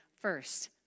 first